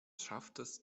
schaftes